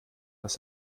dass